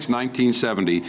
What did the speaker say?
1970